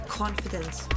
confidence